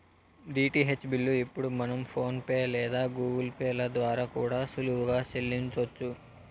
DTH bill ఇప్పుడు మనం PhonePe లేదా గూగుల్ పే ల ద్వారా కూడా సులువుగా సెల్లించొచ్చు